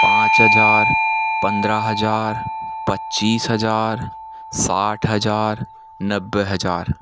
पाँच हज़ार पन्द्रह हज़ार पच्चीस हज़ार साठ हज़ार नब्बे हज़ार